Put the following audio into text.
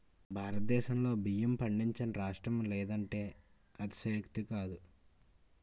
భారతదేశంలో బియ్యం పండించని రాష్ట్రమే లేదంటే అతిశయోక్తి కాదు